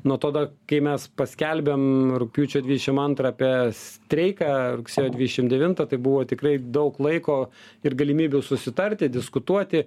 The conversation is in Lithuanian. nuo tada kai mes paskelbėm rugpjūčio dvidešim antrą apie streiką rugsėjo dvidešim devintą tai buvo tikrai daug laiko ir galimybių susitarti diskutuoti